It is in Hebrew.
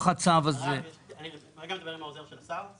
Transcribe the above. הצו הזה --- אני רגע מדבר עם העוזר של השר.